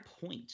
point